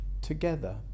together